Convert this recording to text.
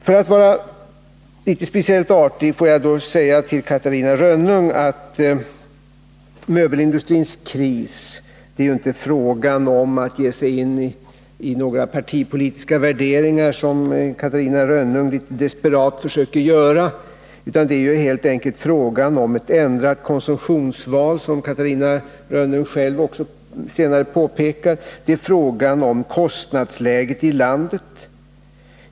För att vara litet speciellt artig får jag säga till Catarina Rönnung att när det gäller möbelindustrins kris är det inte fråga om att ge sig in i några partipolitiska värderingar som Catarina Rönnung desperat försökte göra, utan det är helt enkelt fråga om ett ändrat konsumtionsval — som Catarina Rönnung själv också senare påpekat. Det är fråga om kostnadsläget i landet.